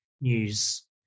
news